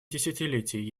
десятилетий